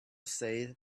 says